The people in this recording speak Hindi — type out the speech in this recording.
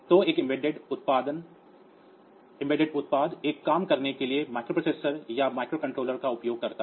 तो एक एम्बेडेड उत्पाद एक काम करने के लिए माइक्रोप्रोसेसर या माइक्रोकंट्रोलर का उपयोग करता है